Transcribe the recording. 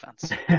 defense